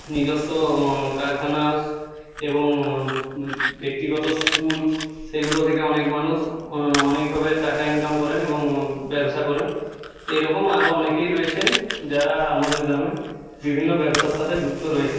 নিজস্ব কারখানা এবং ব্যক্তিগত স্কুল সেইগুলো থেকেও অনেক মানুষ অনেকভাবে টাকা ইনকাম করেন এবং ব্যবসা করেন এই রকম আরো অনেকেই রয়েছেন যারা আমাদের গ্রামে বিভিন্ন ব্যবসার সাথে যুক্ত রয়েছে